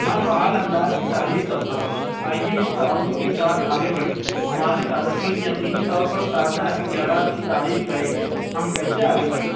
میں فعال انداز کی تعریف کرتا ہوں آئیے اس تعاون کے ساتھ آگے بڑھیں ہمارے صارفین یقینی طور پر تازہ اختیارات کی تعریف کریں گے ہم کیسے آگے بڑھیں